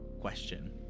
question